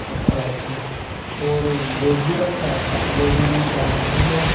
اچھا اچھا اور ویج بھی رکھتا ہے ویج میں کیا مشہور ہے